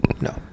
no